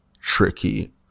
tricky